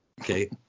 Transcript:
Okay